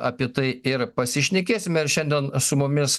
apie tai ir pasišnekėsime ir šiandien su mumis